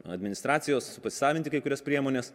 administracijos pasisavinti kai kurias priemones